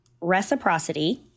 Reciprocity